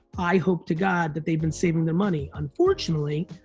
i hope to god that they've been saving their money. unfortunately,